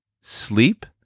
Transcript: sleep